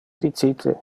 dicite